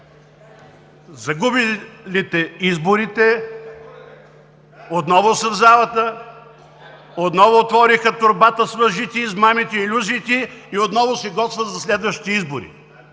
Загубилите изборите отново са в залата, отново отвориха торбата с лъжите, измамите и илюзиите и отново се готвят за следващи избори.